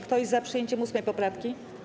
Kto jest za przyjęciem 8. poprawki?